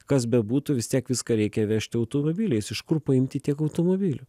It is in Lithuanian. kas bebūtų vis tiek viską reikia vežti automobiliais iš kur paimti tiek automobilių